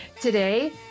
Today